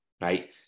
right